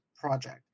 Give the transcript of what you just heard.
project